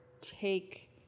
take